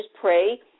pray